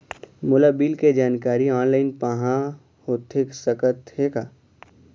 मोला बिल के जानकारी ऑनलाइन पाहां होथे सकत हे का?